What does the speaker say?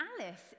Alice